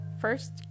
First